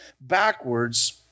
backwards